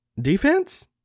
Defense